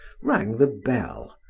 rang the bell,